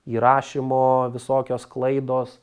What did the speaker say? įrašymo visokios klaidos